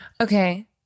Okay